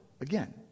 again